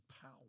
power